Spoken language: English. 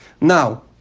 Now